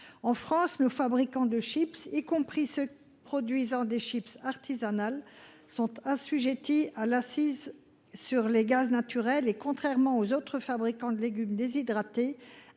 En France, les fabricants de chips, y compris ceux qui produisent des chips artisanales, sont assujettis à l’accise sur les gaz naturels et, contrairement aux autres fabricants de légumes déshydratés